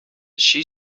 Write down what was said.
she